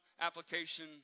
application